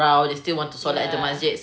ya